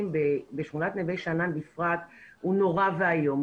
בשכונת נווה שאנן בפרט הוא נורא והיום,